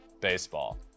baseball